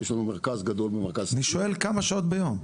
יש לנו מרכז גדול במרכז --- אני שואל כמה שעות ביום.